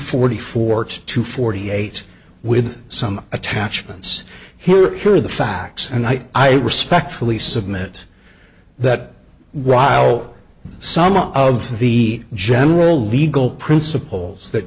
forty four to forty eight with some attachments here are the facts and i respectfully submit that while some of the general legal principles that